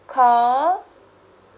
call